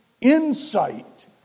insight